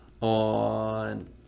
on